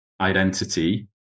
identity